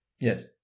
Yes